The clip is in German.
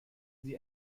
sie